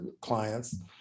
clients